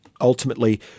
ultimately